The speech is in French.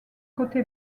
côté